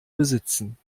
besitzen